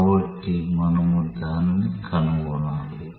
కాబట్టి మనము దానిని కనుగొనాలి